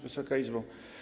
Wysoka Izbo!